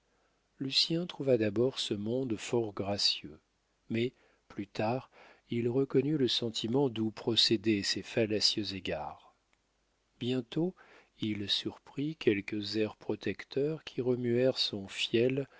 inférieurs lucien trouva d'abord ce monde fort gracieux mais plus tard il reconnut le sentiment d'où procédaient ces fallacieux égards bientôt il surprit quelques airs protecteurs qui remuèrent son fiel